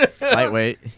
Lightweight